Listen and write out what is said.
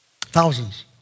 Thousands